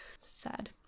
Sad